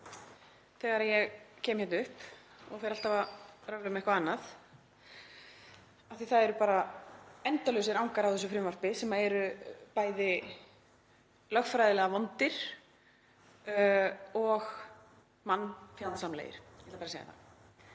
þegar ég kem hingað upp og fer alltaf að röfla um eitthvað annað af því að það eru bara endalausir angar af þessu frumvarpi sem eru bæði lögfræðilega vondir og mannfjandsamlegir, ég ætla bara að segja það.